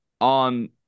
on